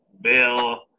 Bill